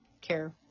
care